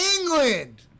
England